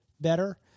better